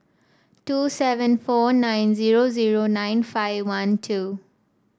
two seven four nine zero zero nine five one two